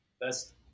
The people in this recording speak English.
best